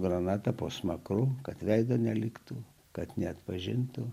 granata po smakru kad veidą neliktų kad neatpažintų